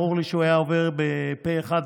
ברור לי שהוא היה עובר פה אחד.